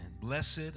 blessed